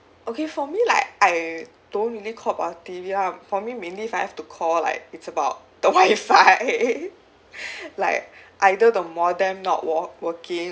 okay for me like I don't really call about T_V lah for me mainly if I have to call like it's about the wifi like either the modem not war working